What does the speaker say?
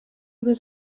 was